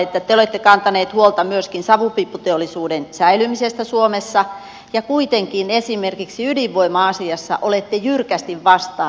te olette kantaneet huolta myöskin savupiipputeollisuuden säilymisestä suomessa ja kuitenkin esimerkiksi ydinvoima asiassa olette jyrkästi vastaan